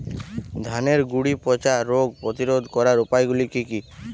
ধানের গুড়ি পচা রোগ প্রতিরোধ করার উপায়গুলি কি কি?